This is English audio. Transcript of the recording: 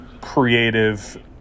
creative